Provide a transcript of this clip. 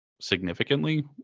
significantly